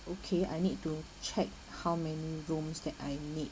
okay I need to check how many rooms that I need